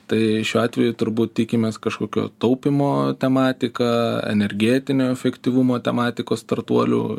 tai šiuo atveju turbūt tikimės kažkokio taupymo tematika energetinio efektyvumo tematikos startuolių